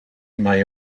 may